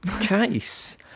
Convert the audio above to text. case